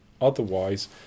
Otherwise